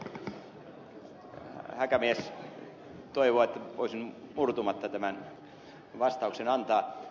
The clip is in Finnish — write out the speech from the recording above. häkämies toivoi että voisin murtumatta tämän vastauksen antaa